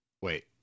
Wait